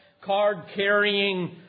card-carrying